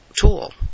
tool